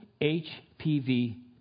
HPV